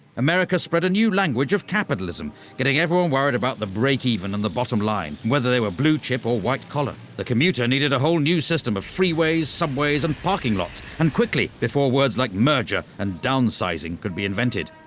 america spread a new language of capitalism, getting everyone worried about the break-even and the bottom line, whether they were blue chip or white collar. the commuter needed a whole new system of freeways, subways and parking lots, and quickly, before words like merger and downsizing could be invented.